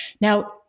Now